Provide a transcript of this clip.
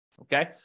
okay